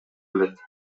келет